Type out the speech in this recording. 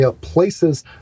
places